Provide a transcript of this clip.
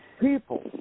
people